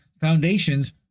foundations